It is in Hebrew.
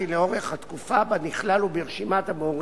כי לאורך התקופה שבה הוא נכלל ברשימת הבוררים